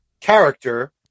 character